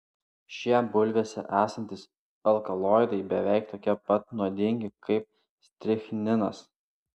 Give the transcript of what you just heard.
šie bulvėse esantys alkaloidai beveiki tokie pat nuodingi kaip strichninas